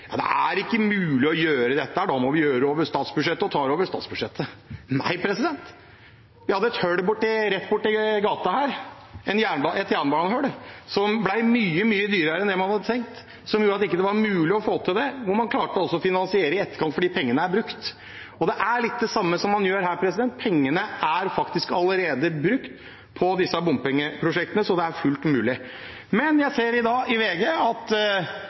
Det er ikke mulig å gjøre dette, da må vi gjøre det over statsbudsjettet – og tar det over statsbudsjettet. Nei, man hadde et hull rett borti gata her, et jernbanehull, som ble mye dyrere enn det man hadde tenkt, og som gjorde at det ikke var mulig å få det til, hvor man altså klarte å finansiere i etterkant fordi pengene var brukt. Det er litt det samme som man gjør her; pengene er faktisk allerede brukt på disse bompengeprosjektene, så det er fullt mulig. Men jeg ser i dag i VG at